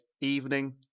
evening